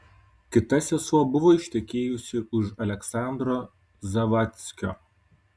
kita sesuo buvo ištekėjusi už aleksandro zavadckio